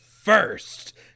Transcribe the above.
first